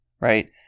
right